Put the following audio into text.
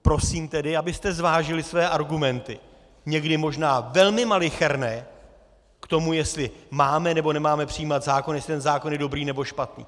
Prosím tedy, abyste zvážili své argumenty, někdy možná velmi malicherné, k tomu, jestli máme, nebo nemáme přijímat zákony, jestli ten zákon je dobrý, nebo špatný.